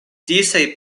disaj